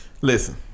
Listen